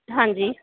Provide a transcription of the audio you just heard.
ਹਾਂਜੀ